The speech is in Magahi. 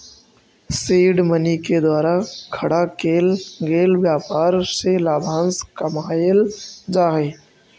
सीड मनी के द्वारा खड़ा केल गेल व्यापार से लाभांश कमाएल जा हई